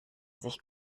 sich